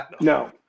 No